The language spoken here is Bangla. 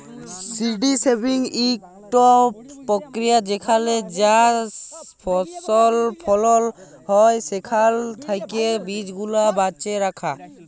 সি.ডি সেভিং ইকট পক্রিয়া যেখালে যা ফসল ফলল হ্যয় সেখাল থ্যাকে বীজগুলা বাছে রাখা